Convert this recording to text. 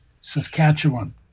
Saskatchewan